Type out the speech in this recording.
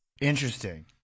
Interesting